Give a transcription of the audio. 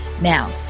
Now